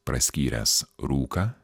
praskyręs rūką